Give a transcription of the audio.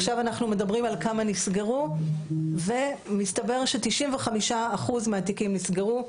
עכשיו אנחנו מדברים על כמה נסגרו ומסתבר ש- 95 אחוז מהתיקים נסגרו,